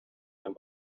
than